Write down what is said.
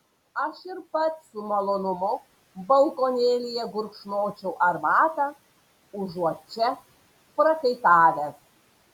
aš ir pats su malonumu balkonėlyje gurkšnočiau arbatą užuot čia prakaitavęs